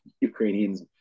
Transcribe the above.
Ukrainians